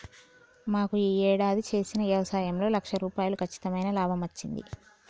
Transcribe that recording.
మాకు యీ యేడాది చేసిన యవసాయంలో లక్ష రూపాయలు కచ్చితమైన లాభమచ్చింది